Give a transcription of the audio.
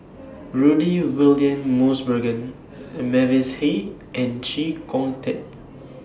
Rudy William Mosbergen Mavis Hee and Chee Kong Tet